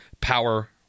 power